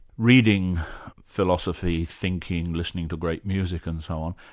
reading philosophy, thinking, listening to great music and so on,